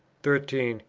thirteen.